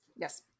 yes